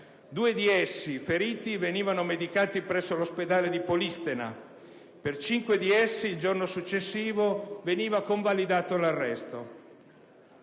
Due di essi, feriti, venivano medicati presso l'ospedale di Polistena. Per cinque di essi, il giorno successivo, veniva convalidato l'arresto.